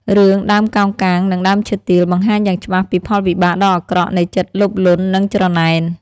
រឿង "ដើមកោងកាងនិងដើមឈើទាល" បង្ហាញយ៉ាងច្បាស់ពីផលវិបាកដ៏អាក្រក់នៃចិត្តលោភលន់និងច្រណែន។